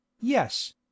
Yes